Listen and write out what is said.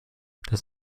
das